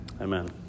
Amen